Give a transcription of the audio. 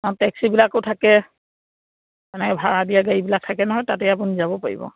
অঁ টেক্সিবিলাকো থাকে মানে ভাড়া দিয়া গাড়ীবিলাক থাকে নহয় তাতে আপুনি যাব পাৰিব